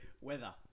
weather